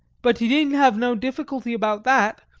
but ye needn't have no difficulty about that.